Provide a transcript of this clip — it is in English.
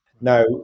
Now